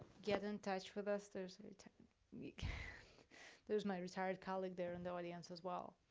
get in touch with us. there's i mean there's my retired colleague there in the audience as well.